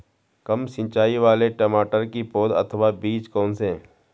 कम सिंचाई वाले टमाटर की पौध अथवा बीज कौन से हैं?